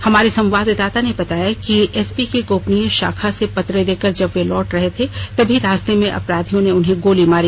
हमारे संवाददाता ने बताया किएसपी के गोपनीय शाखा से पत्र देकर जब वे लौट रहे थे तभी रास्ते में अपराधियों ने उन्हें गोली मारी